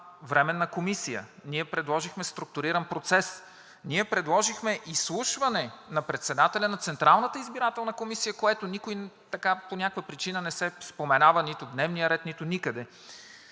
временна комисия, ние предложихме структуриран процес, ние предложихме изслушване на председателя на Централната избирателна комисия, което никой по някаква причина не споменава нито в дневния ред, нито никъде,